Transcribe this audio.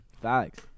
Facts